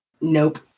Nope